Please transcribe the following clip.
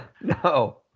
No